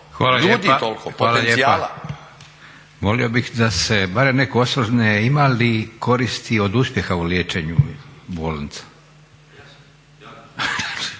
ljudi toliko, potencijala.